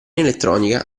elettronica